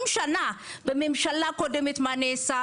סליחה, סליחה, פנינה וצגה.